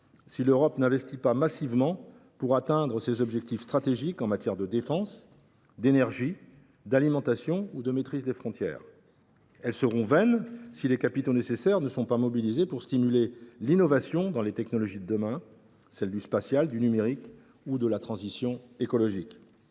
si l’Europe n’investit pas massivement pour atteindre ses objectifs stratégiques en matière de défense, d’énergie, d’alimentation ou de maîtrise des frontières. Elles seront vaines si les capitaux nécessaires ne sont pas mobilisés pour stimuler l’innovation dans les technologies de demain : celles du spatial, du numérique ou de la transition écologique.